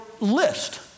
list